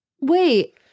Wait